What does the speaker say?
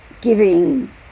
giving